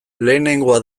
lehenengoa